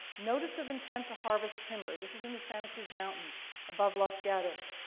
notice of intent to harvest timber. this is in the santa cruz mountains above las gatos.